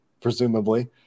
presumably